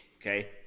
okay